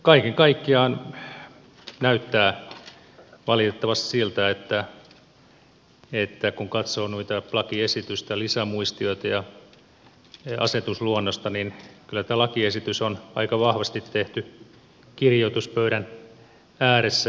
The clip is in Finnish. kaiken kaikkiaan näyttää valitettavasti siltä että kun katsoo noita lakiesitystä lisämuistioita ja asetusluonnosta niin kyllä tämä lakiesitys on aika vahvasti tehty kirjoituspöydän ääressä